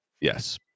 Yes